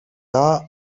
the